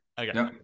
Okay